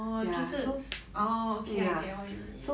orh 就是 orh okay I get what you mean